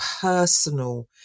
personal